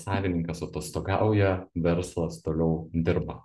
savininkas atostogauja verslas toliau dirba